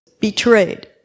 betrayed